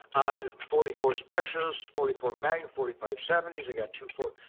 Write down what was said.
forty four specials, forty four magnum, forty five seventies. i got to four,